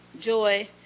joy